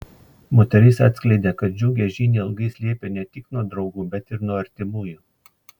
moteris atskleidė kad džiugią žinią ilgai slėpė ne tik nuo draugų bet ir nuo artimųjų